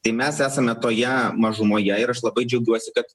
tai mes esame toje mažumoje ir aš labai džiaugiuosi kad